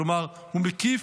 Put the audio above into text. כלומר הוא מקיף,